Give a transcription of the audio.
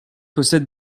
possède